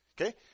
Okay